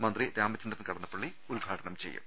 മന്ത്രി രാമചന്ദ്രൻ കടന്നപ്പള്ളി ഉദ്ഘാടനം ചെയ്യും